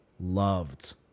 loved